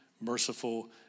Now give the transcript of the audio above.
merciful